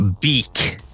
beak